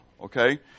okay